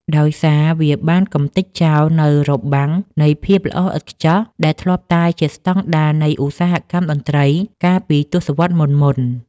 ដោយសារវាបានកម្ទេចចោលនូវរបាំងនៃភាពល្អឥតខ្ចោះដែលធ្លាប់តែជាស្ដង់ដារនៃឧស្សាហកម្មតន្ត្រីកាលពីទសវត្សរ៍មុនៗ។